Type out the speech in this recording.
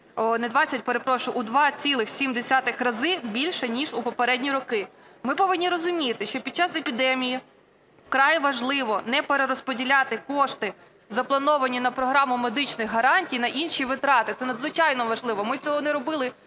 не 20, перепрошую, у 2,7 рази більше ніж у попередні роки. Ми повинні розуміти, що під час епідемії вкрай важливо не перерозподіляти кошти, заплановані на програму медичних гарантій на інші витрати. Це надзвичайно важливо. Ми цього не робили